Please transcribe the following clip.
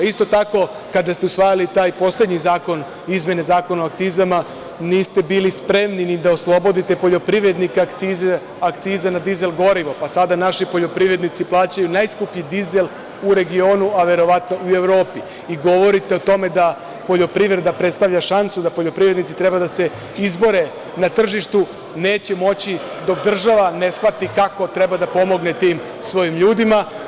Isto tako, kada ste usvajali taj poslednji zakon izmene Zakona o akcizama, niste bili spremni ni da oslobodite poljoprivrednike akciza na dizel gorivo, pa sada naši poljoprivrednici plaćaju najskuplji dizel u regionu, a verovatno i u Evropi i govorite o tome da poljoprivreda predstavlja šansu, da poljoprivrednici treba da se izbore na tržištu, neće moći dok država ne shvati kako treba da pomogne tim svojim ljudima.